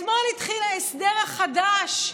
אתמול התחיל ההסדר החדש,